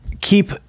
keep